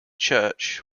church